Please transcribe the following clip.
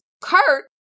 Kurt